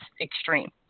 extreme